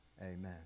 Amen